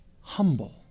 humble